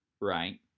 right